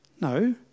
No